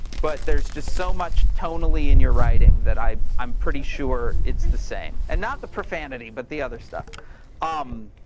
but there's just so much tonally in your writing that i'm i'm pretty sure it's the same. and not profanity, but the other stuff. um